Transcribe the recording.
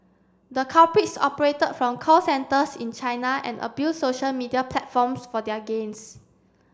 the culprits operated from call centres in China and abused social media platforms for their gains